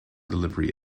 delivery